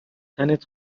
تنت